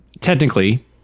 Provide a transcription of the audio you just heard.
technically